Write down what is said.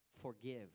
forgive